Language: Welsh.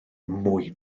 mwy